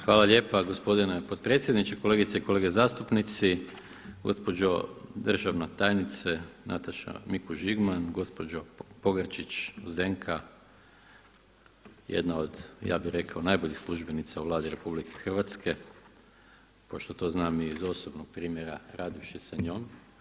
Hvala lijepa gospodine potpredsjedniče, kolegice i kolege zastupnici, gospođo državna tajnice Nataša Mikuš Žigman, gospođo Pogačić Zdenka jedna od ja bih rekao najboljih službenica u Vladi RH pošto to znam i iz osobnog primjera radivši sa njom.